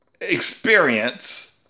experience